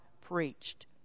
preached